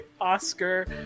Oscar